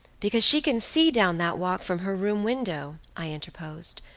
because she can see down that walk from her room window, i interposed,